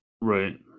Right